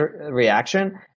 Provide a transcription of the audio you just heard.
reaction